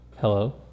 hello